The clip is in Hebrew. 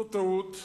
זאת טעות,